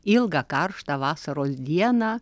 ilgą karštą vasaros dieną